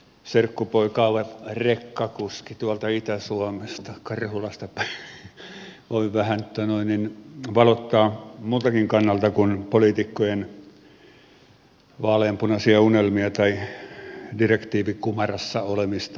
serkkupoika on rekkakuski tuolta itä suomesta karhulasta päin ja voin vähän valottaa asiaa muultakin kannalta kuin poliitikkojen vaaleanpunaisten unelmien tai direktiivikumarassa olemisen kannalta